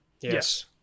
yes